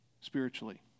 spiritually